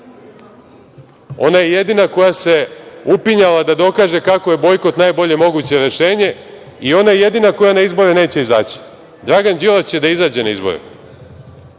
ona je jedina koja se upinjala da dokaže kako je bojkot najbolje moguće rešenje i ona je jedina koja na izbore neće izaći. Dragan Đilas će da izađe na izbore,